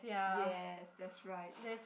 yes that's right